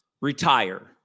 retire